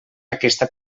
aquesta